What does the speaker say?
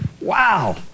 Wow